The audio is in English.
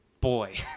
boy